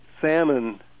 salmon